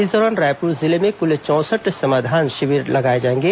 इस दौरान रायपुर जिले में कुल चौंसठ समाधान शिविर आयोजित किए जाएंगे